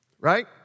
right